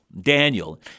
Daniel